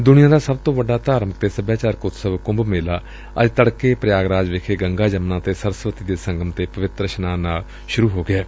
ਦੁਨੀਆਂ ਦਾ ਸਭ ਤੋਂ ਵੱਡਾ ਧਾਰਮਿਕ ਅਤੇ ਸਭਿਆਚਾਰਕ ਉਤਸਵ ਕੁੰਭ ਮੇਲਾ ਅੱਜ ਤੜਕੇ ਪ੍ਯਾਗਰਾਜ ਵਿਖੇ ਗੰਗਾ ਜਮਨਾ ਅਤੇ ਸਰਸਵਤੀ ਦੇ ਸੰਗਮ ਤੇ ਪਵਿੱਤਰ ਇਸ਼ਨਾਨ ਨਾਲ ਸੁਰੂ ਹੋ ਗਿਐ